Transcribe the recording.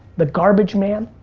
the garbage man.